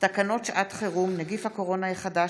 תקנות שעת חירום (נגיף הקורונה החדש)